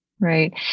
Right